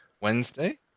wednesday